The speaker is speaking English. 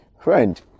friend